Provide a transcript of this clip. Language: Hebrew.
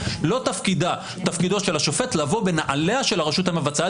לא תפקידו של השופט לבוא בנעליה של הרשות המבצעת